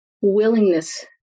willingness